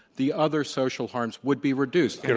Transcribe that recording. the other social harms would be reduced.